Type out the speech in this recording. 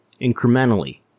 incrementally